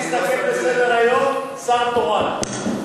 להסתפק בסדר-היום, שר תורן.